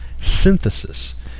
synthesis